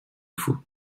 foo